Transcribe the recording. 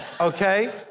Okay